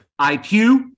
IQ